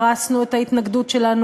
גם אז עמדנו כאן ופרסנו את ההתנגדות שלנו,